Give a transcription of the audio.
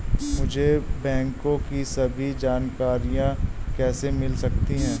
मुझे बैंकों की सभी जानकारियाँ कैसे मिल सकती हैं?